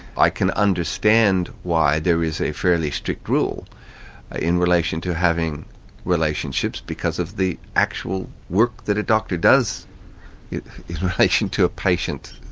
i can understand why there is a fairly strict rule ah in relation to having relationships because of the actual work that a doctor does in relation to a patient,